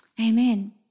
Amen